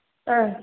आ